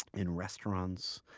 in restaurants,